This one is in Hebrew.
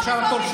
עכשיו התור שלך?